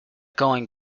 going